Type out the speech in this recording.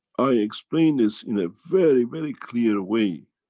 i explained this in a very, very clear way